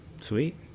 Sweet